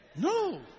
No